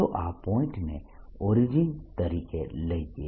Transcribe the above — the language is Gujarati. ચાલો આ પોઇન્ટને ઓરિજીન તરીકે લઈએ